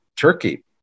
Turkey